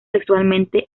sexualmente